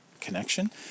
connection